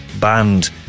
banned